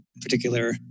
particular